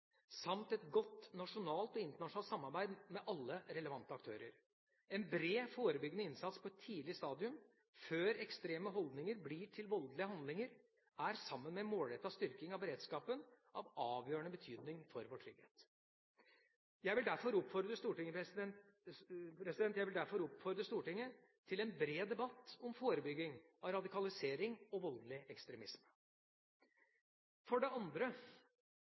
samt et godt nasjonalt og internasjonalt samarbeid med alle relevante aktører. En bred forebyggende innsats på et tidlig stadium, før ekstreme holdninger blir til voldelige handlinger, er sammen med målrettet styrking av beredskapen av avgjørende betydning for vår trygghet. Jeg vil derfor oppfordre Stortinget til en bred debatt om forebygging av radikalisering og voldelig ekstremisme. For det andre,